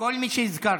כל מי שהזכרתי.